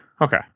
Okay